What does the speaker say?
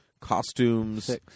Costumes